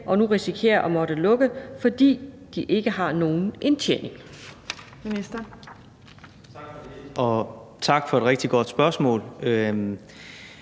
og nu risikerer at måtte lukke, fordi de ikke har nogen indtjening?